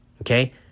okay